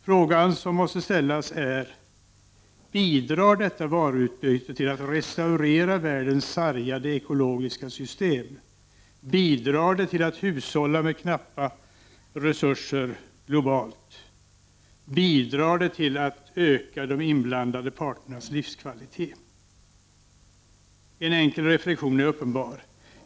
Frågan som måste ställas är: Bidrar detta varuutbyte till att restaurera världens sar 17 gade ekologiska system, bidrar det till att hushålla med knappa resurser globalt, bidrar det till att öka de inblandade parternas livskvalitet? En enkel reflexion är uppenbar.